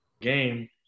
game